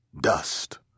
Dust